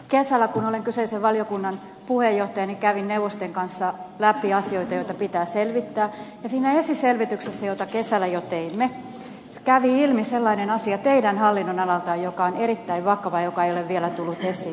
kesällä kun olen kyseisen valiokunnan puheenjohtaja kävin neuvosten kanssa läpi asioita joita pitää selvittää ja siinä esiselvityksessä jota kesällä jo teimme teidän hallinnonalaltanne kävi ilmi sellainen asia joka on erittäin vakava ja joka ei ole vielä tullut esiin